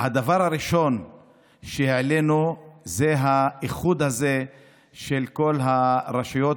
הדבר הראשון שהעלינו הוא האיחוד הזה של כל הרשויות